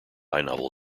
novel